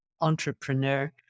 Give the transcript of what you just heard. entrepreneur